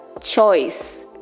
choice